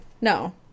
No